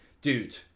dude